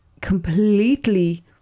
completely